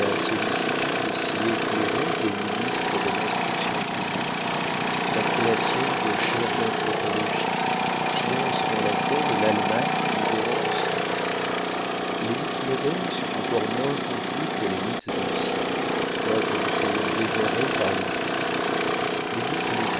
la sollicitude si éclairée des ministres de l'instruction publique la création de chaires d'anthropologie science dans laquelle l'allemagne nous devance les mythes modernes sont encore moins compris que les mythes anciens quoique nous soyons dévorés par les mythes les mythes nous